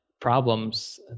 problems